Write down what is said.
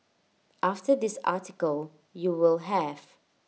after this article you will have